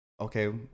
Okay